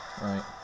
Right